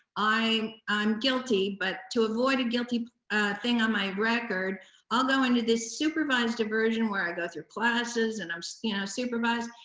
i'm guilty, but to avoid a guilty thing on my record i'll go into this supervised diversion where i go through classes and i'm so you know supervised.